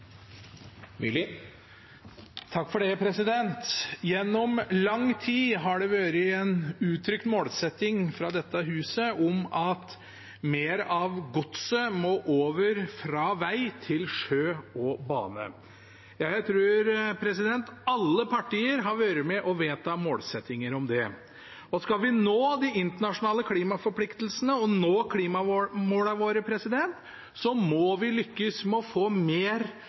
Gjennom lang tid har det vært en uttrykt målsetting fra dette huset at mer av godset må over fra veg til sjø og bane. Jeg tror alle partier har vært med på å vedta målsettinger om det. Skal vi nå de internasjonale klimaforpliktelsene og nå klimamålene våre, må vi lykkes med å få mer